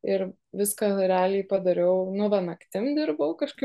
ir viską realiai padariau nu va naktim dirbau kažkaip